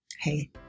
Hey